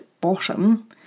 bottom